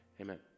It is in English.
Amen